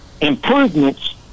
improvements